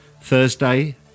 Thursday